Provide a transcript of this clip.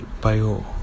bio